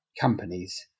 companies